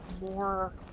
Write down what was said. more